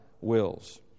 wills